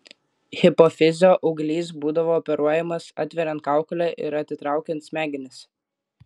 hipofizio auglys būdavo operuojamas atveriant kaukolę ir atitraukiant smegenis